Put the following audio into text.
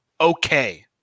okay